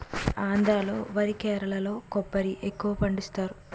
ఆంధ్రా లో వరి కేరళలో కొబ్బరి ఎక్కువపండిస్తారు